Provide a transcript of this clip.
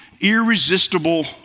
irresistible